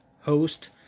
Host